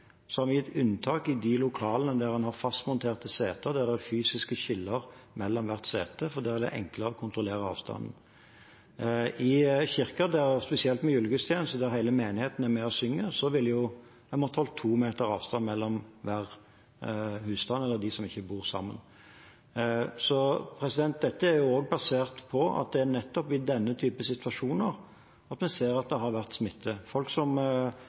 Så har vi gitt unntak i de lokalene der en har fastmonterte seter, der det er fysiske skiller mellom hvert sete, for der er det enklere å kontrollere avstanden. I kirken, spesielt ved julegudstjenester, der hele menigheten er med og synger, ville en måttet holde to meter avstand mellom hver husstand eller mellom dem som ikke bor sammen. Dette er også basert på at det er nettopp i denne type situasjoner vi ser at det har vært smitte. Folk som